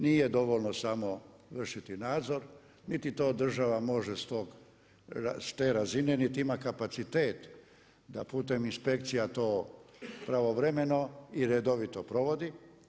Nije dovoljno samo vršiti nadzor niti to država može s te razine, niti ima kapacitet da putem inspekcija to pravovremeno i redovito provodi.